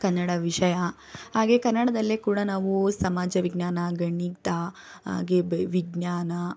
ಕನ್ನಡ ವಿಷಯ ಹಾಗೇ ಕನ್ನಡದಲ್ಲೇ ಕೂಡ ನಾವು ಸಮಾಜ ವಿಜ್ಞಾನ ಗಣಿತ ಹಾಗೆ ಬೇ ವಿಜ್ಞಾನ